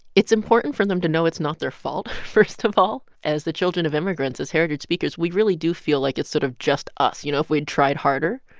it's important for them to know it's not their fault, first of all. as the children of immigrants as heritage speakers, we really do feel like it's sort of just us, you know. if we'd tried harder,